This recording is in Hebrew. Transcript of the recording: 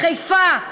חיפה,